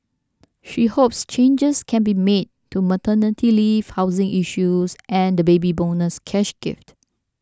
she hopes changes can be made to maternity leave housing issues and the Baby Bonus cash gift